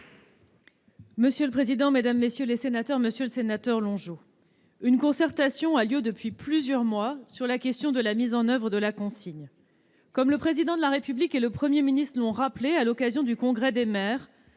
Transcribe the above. de la transition écologique et solidaire. Monsieur le sénateur Longeot, une concertation a lieu depuis plusieurs mois sur la question de la mise en oeuvre de la consigne. Comme le Président de la République et le Premier ministre l'ont rappelé à l'occasion du congrès des maires,